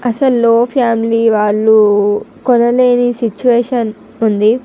అసలు లో ఫ్యామిలీ వాళ్లు కొనలేని సిచువేషన్ ఉంది